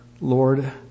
Lord